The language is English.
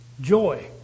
Joy